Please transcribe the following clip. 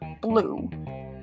blue